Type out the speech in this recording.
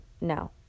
no